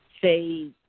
say